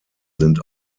sind